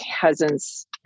cousin's